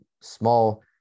small